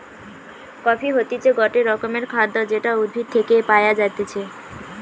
coffee হতিছে গটে রকমের খাদ্য যেটা উদ্ভিদ থেকে পায়া যাইতেছে